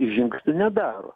žingsnių nedaro